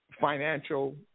financial